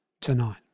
tonight